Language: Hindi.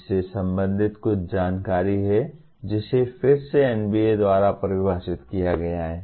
इससे संबंधित कुछ जानकारी है जिसे फिर से NBA द्वारा परिभाषित किया गया है